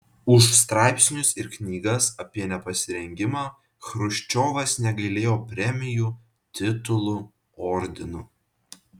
už straipsnius ir knygas apie nepasirengimą chruščiovas negailėjo premijų titulų ordinų